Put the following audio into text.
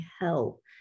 help